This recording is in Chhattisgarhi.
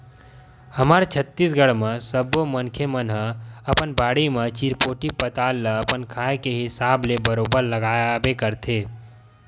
हमर छत्तीसगढ़ म सब्बो मनखे मन ह अपन बाड़ी म चिरपोटी पताल ल अपन खाए के हिसाब ले बरोबर लगाबे करथे